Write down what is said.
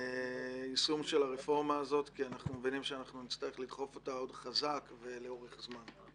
של הרפורמה הזאת כי אנחנו מבינים שנצטרך לדחוף אותה חזק ולאורך זמן.